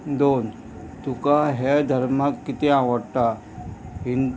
दोन तुका हे धर्माक कितें आवडटा